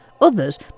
Others